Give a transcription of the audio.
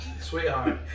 sweetheart